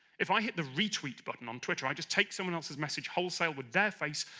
if i hit the retweet button on twitter, i just take someone else's message wholesale with their face,